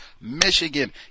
Michigan